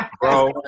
Bro